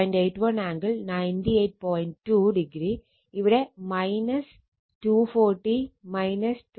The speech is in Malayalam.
2o ഇവിടെ 240 21